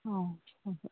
ꯑꯥ ꯍꯣꯏ ꯍꯣꯏ